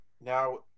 Now